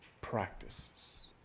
practices